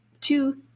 two